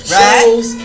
shows